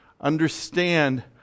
understand